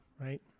right